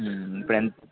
ఇప్పుడు ఎంత